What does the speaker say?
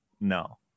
no